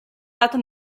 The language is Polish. lata